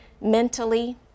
mentally